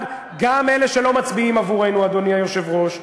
גם אלה שלא מצביעים עבורנו, אדוני היושב-ראש,